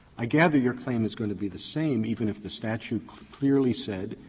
i gather your claim is going to be the same even if the statute clearly said